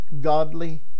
godly